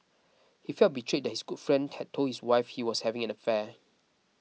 he felt betrayed his good friend had told his wife he was having an affair